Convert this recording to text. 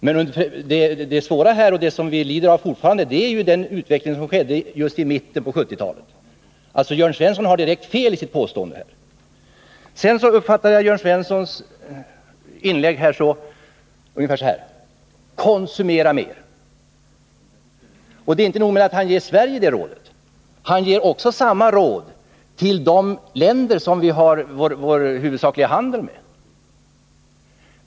Men det vi fortfarande lider av är den utveckling som ägde rum just i mitten av 1970-talet. Jörn Svensson har således direkt fel i sitt påstående. Jag uppfattade Jörn Svenssons inlägg så, att han ville lämna följande rekommendation: Konsumera mera! Det är inte nog med att han ger Sverige det rådet, utan han ger samma råd till de länder som vi har vår huvudsakliga handel med.